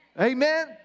Amen